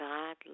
God